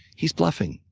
he's bluffing.